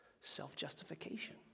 self-justification